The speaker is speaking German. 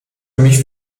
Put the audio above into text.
mich